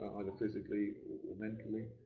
either physically or mentally,